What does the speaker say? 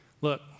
look